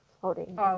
floating